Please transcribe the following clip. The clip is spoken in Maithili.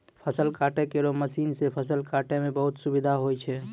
फसल काटै केरो मसीन सँ फसल काटै म बहुत सुबिधा होय छै